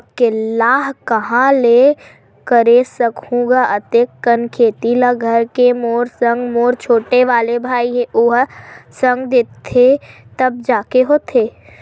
अकेल्ला काँहा ले करे सकहूं गा अते कन खेती ल घर के मोर संग मोर छोटे वाले भाई हे ओहा संग देथे तब जाके होथे